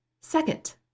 Second